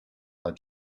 are